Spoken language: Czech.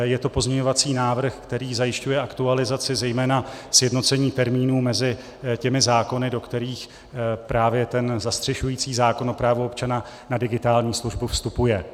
Je to pozměňovací návrh, který zajišťuje aktualizaci, zejména sjednocení termínů mezi těmi zákony, do kterých právě ten zastřešující zákon o právu občana na digitální službu vstupuje.